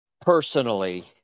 personally